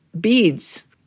beads